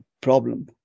problem